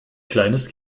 kleines